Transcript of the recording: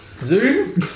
zoom